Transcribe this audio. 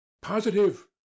Positive